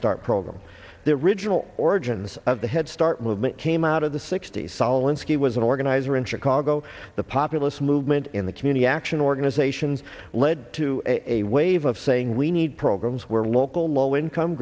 start program the original origins of the head start movement came out of the sixty's sahlins key was an organizer in chicago the populous movement in the community action organizations led to a wave of saying we need programs where local low income